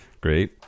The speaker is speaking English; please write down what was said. great